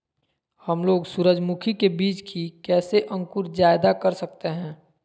हमलोग सूरजमुखी के बिज की कैसे अंकुर जायदा कर सकते हैं?